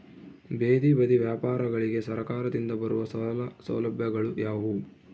ಬೇದಿ ಬದಿ ವ್ಯಾಪಾರಗಳಿಗೆ ಸರಕಾರದಿಂದ ಬರುವ ಸಾಲ ಸೌಲಭ್ಯಗಳು ಯಾವುವು?